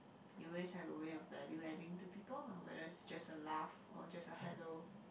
you always have a way of value adding to people lah whether it's just a laugh or just a hello